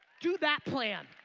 do that plan.